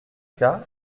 cas